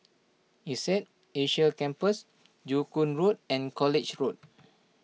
Insead Asia Campus Joo Koon Road and College Road